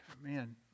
Man